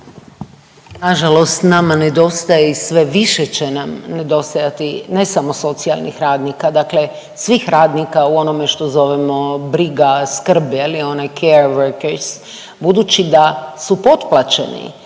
Nažalost nama nedostaje i sve više će nam nedostajati ne samo socijalnih radnika, dakle svih radnika u onome što zovemo briga, skrb je li onaj …/Govornik se ne razumije./…budući da su potplaćeni